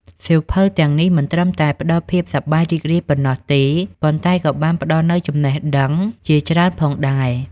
សៀវភៅទាំងនេះមិនត្រឹមតែផ្តល់ភាពសប្បាយរីករាយប៉ុណ្ណោះទេ ប៉ុន្តែក៏បានផ្តល់នូវចំណេះដឹងជាច្រើនផងដែរ។